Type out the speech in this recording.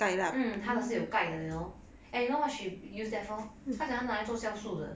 嗯她的是有盖的 you know eh you know what she use that for 她讲要拿来做削树的